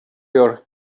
your